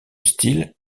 style